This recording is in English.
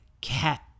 cat